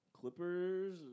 Clippers